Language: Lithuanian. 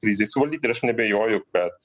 krizei suvaldyt ir aš neabejoju kad